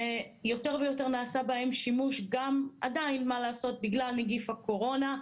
שיותר ויותר נעשה בהם שימוש גם בגלל נגיף הקורונה.